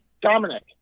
Dominic